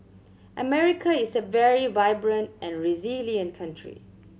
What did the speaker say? America is a very vibrant and resilient country